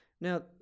Now